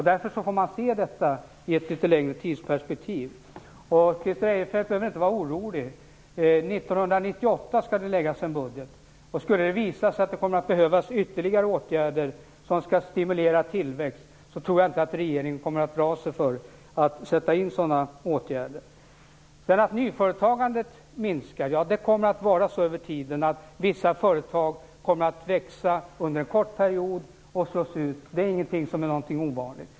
Därför måste man se detta i ett litet längre tidsperspektiv. Christer Eirefelt behöver inte vara orolig. År 1998 skall det också läggas fram en budget. Skulle det visa sig att det kommer att behövas ytterligare åtgärder som stimulerar tillväxten tror jag inte att regeringen kommer att dra sig för att sätta in sådana. Christer Eirefelt talade också om att nyföretagandet minskar. Ja, det kommer att vara så att vissa företag kommer att växa under en kort period och sedan slås ut. Det är inte någonting ovanligt.